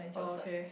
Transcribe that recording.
oh okay